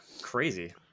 Crazy